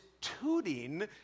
tooting